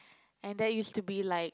and that used to be like